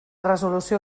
resolució